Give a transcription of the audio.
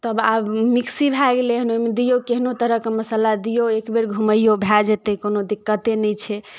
तब आब मिक्सी भए गेलै हन ओहिमे दियौ केहनो तरहके मसल्ला दियौ एक बेर घूमैयो भऽ जेतै कोनो दिक्कते नहि छै